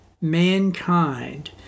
mankind